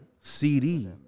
CD